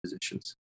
positions